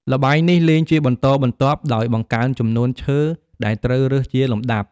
ល្បែងនេះលេងជាបន្តបន្ទាប់ដោយបង្កើនចំនួនឈើដែលត្រូវរើសជាលំដាប់។